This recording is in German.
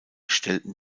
stellten